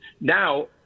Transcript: Now